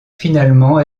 finalement